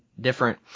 different